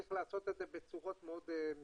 צריך לעשות את זה בצורות מאוד מסורבלות,